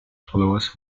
followers